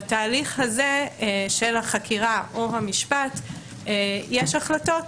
בתהליך הזה של החקירה או המשפט יש החלטות,